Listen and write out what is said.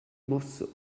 morceau